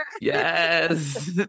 yes